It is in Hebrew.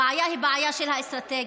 הבעיה היא בעיה של אסטרטגיה.